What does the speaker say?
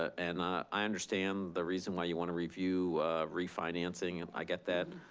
and i i understand the reason why you want to review refinancing and i get that.